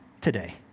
today